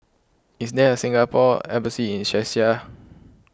is there a Singapore Embassy in Czechia